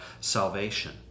salvation